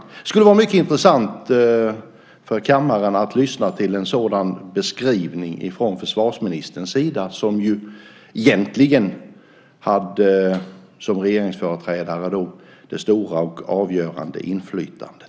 Det skulle vara mycket intressant för kammaren att lyssna till en sådan beskrivning från försvarsministerns sida, som ju egentligen som regeringsföreträdare då hade det stora och avgörande inflytandet.